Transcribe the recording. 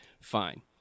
fine